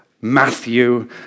Matthew